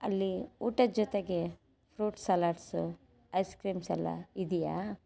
ಅಲ್ಲಿ ಊಟದ ಜೊತೆಗೆ ಫ್ರುಟ್ಸ್ ಸಲಾಡ್ಸ್ ಐಸ್ಕ್ರೀಮ್ಸ್ ಎಲ್ಲ ಇದೆಯಾ